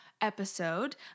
episode